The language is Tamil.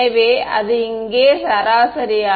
எனவே அது இங்கே சராசரியாக போகிறது